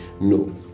no